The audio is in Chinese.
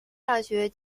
大学